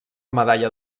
medalla